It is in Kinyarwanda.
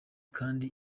kandi